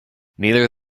neither